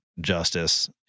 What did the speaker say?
justice